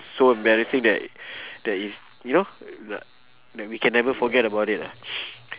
so embarrassing that that is you know ya that we can never forget about it lah